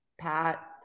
Pat